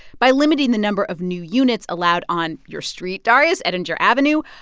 by limiting the number of new units allowed on your street, darius, edinger avenue,